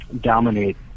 dominate